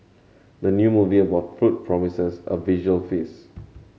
the new movie about food promises a visual feast